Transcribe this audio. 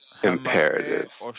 Imperative